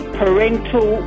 parental